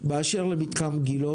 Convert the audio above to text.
באשר למתחם גילה